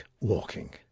Walking